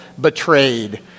betrayed